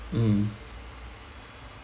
mm